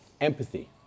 empathy